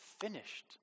finished